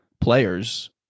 players